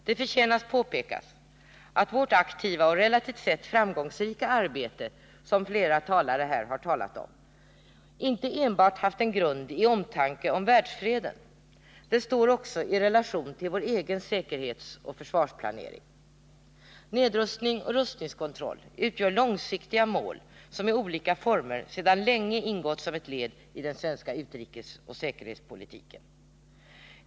Det förtjänar att påpekas att vårt aktiva och relativt sett framgångsrika arbete, som flera talare har talat om, inte enbart haft en grund i omtanke om världsfreden — det står också i relation till vår egen säkerhetsoch försvarsplanering. Nedrustning och rustningskontroll utgör långsiktiga mål som i olika former sedan länge ingått som ett led i den svenska utrikesoch säkerhetspolitiken.